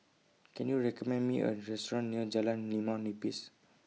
Can YOU recommend Me A Restaurant near Jalan Limau Nipis